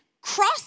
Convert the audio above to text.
cross